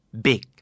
Big